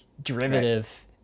Derivative